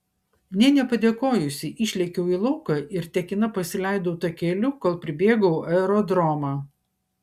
nė nepadėkojusi išlėkiau į lauką ir tekina pasileidau takeliu kol pribėgau aerodromą